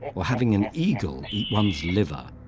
or having an eagle eat one's liver,